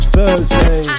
Thursday